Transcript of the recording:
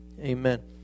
Amen